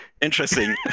interesting